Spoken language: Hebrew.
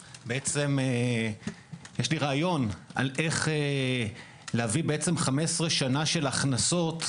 יש לי רעיון איך להביא 15 שנה של הכנסות,